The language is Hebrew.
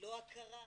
לא הכרה.